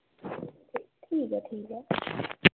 ठीक ऐ ठीक ऐ